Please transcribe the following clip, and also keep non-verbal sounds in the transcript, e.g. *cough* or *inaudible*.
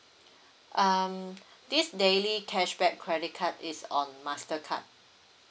*breath* um *breath* this daily cashback credit card is on mastercard